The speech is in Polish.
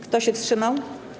Kto się wstrzymał?